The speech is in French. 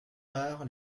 par